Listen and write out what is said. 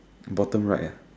bottom right ah